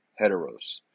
heteros